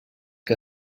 que